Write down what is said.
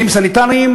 כלים סניטריים,